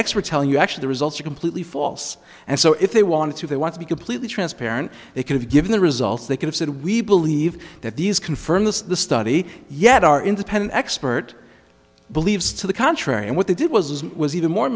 expert telling you act the results are completely false and so if they wanted to they want to be completely transparent they could have given the results they could have said we believe that these confirm the study yet are independent expert believes to the contrary and what they did was was even more